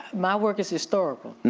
my work is historical.